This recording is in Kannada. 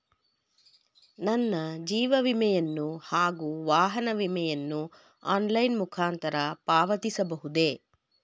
ನನ್ನ ಜೀವ ವಿಮೆಯನ್ನು ಹಾಗೂ ವಾಹನ ವಿಮೆಯನ್ನು ಆನ್ಲೈನ್ ಮುಖಾಂತರ ಪಾವತಿಸಬಹುದೇ?